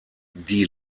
die